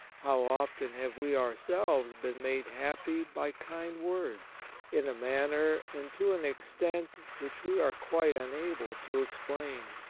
how often have we ourselves been made happy by kind words, in a manner and to an extent which we are quite unable to explain?